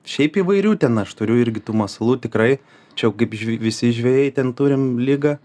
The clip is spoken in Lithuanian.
šiaip įvairių ten aš turiu irgi tų masalų tikrai čia jau kaip ž visi žvejai ten turim ligą